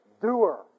doer